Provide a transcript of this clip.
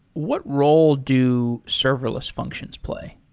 what role do serverless functions play?